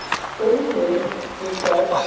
sometimes, he said,